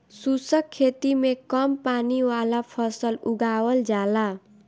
शुष्क खेती में कम पानी वाला फसल उगावल जाला